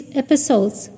episodes